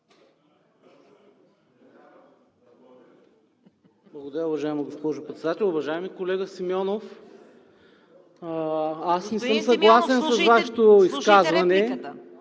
Благодаря, уважаема госпожо Председател. Уважаеми колега Симеонов, аз не съм съгласен с Вашето изказване,